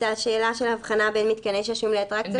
השאלה של הבחנה בין מתקני שעשועים לאטרקציות,